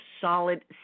solid